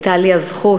הייתה לי הזכות